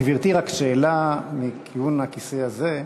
גברתי, רק שאלה מכיוון הכיסא הזה: